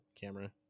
camera